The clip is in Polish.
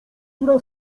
która